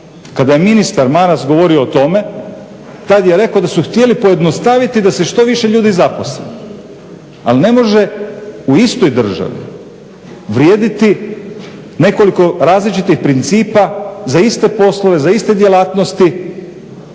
Kada je ministar Maras govorio o tome tada je rekao da su htjeli pojednostaviti da se što više ljudi zaposli. Ali ne može u istoj državi vrijediti nekoliko različitih principa za iste poslove, za iste djelatnosti.